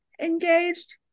engaged